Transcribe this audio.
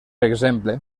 exemple